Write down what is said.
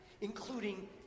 including